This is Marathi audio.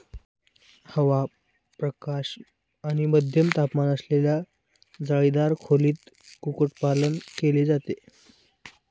हवा, प्रकाश आणि मध्यम तापमान असलेल्या जाळीदार खोलीत कुक्कुटपालन केले जाते